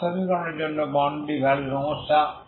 তাপ সমীকরণের জন্য বাউন্ডারি ভ্যালু সমস্যা